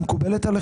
היא מקובלת עליכם?